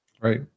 Right